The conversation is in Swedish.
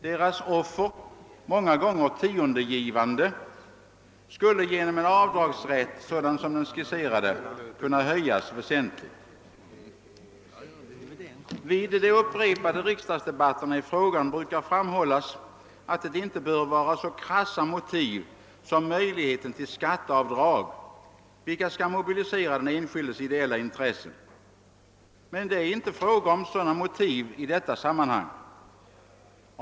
Deras offer — många gånger tiondegivande — skulle genom en avdragsrätt sådan som den skisserade kunde höjas väsentligt. Vid de upprepade riksdagsdebatterna i frågan brukar framhållas, att det inte bör vara så krassa motiv som möjligheten till skatteavdrag, vilka skall mobilisera den enskildes ideella intresse. Men det är inte fråga om sådana motiv i dessa sammanhang.